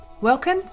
Welcome